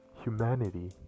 humanity